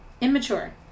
immature